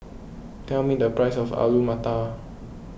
tell me the price of Alu Matar